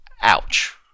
Ouch